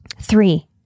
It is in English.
Three